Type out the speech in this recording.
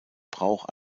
brauch